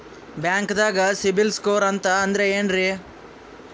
ಬ್ಯಾಂಕ್ದಾಗ ಸಿಬಿಲ್ ಸ್ಕೋರ್ ಅಂತ ಅಂದ್ರೆ ಏನ್ರೀ?